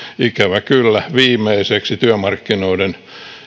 ikävä kyllä viimeiseksi työmarkkinoiden